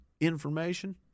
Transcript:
Information